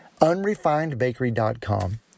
Unrefinedbakery.com